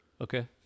Okay